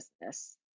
business